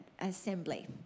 assembly